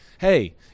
Hey